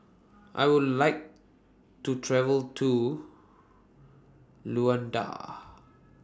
I Would like to travel to Luanda